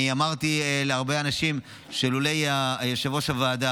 אמרתי להרבה אנשים שלולא יושב-ראש הועדה